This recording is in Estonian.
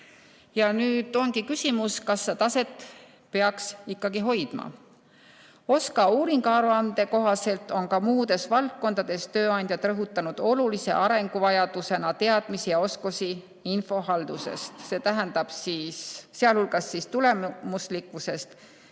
nüüd ongi küsimus, kas seda taset peaks ikkagi hoidma. OSKA uuringuaruande kohaselt on ka muudes valdkondades tööandjad rõhutanud olulise arenguvajadusena teadmisi ja oskusi infohaldusest, sealhulgas [on nimetatud] tulemuslikkust